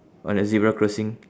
on the zebra crossing